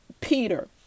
Peter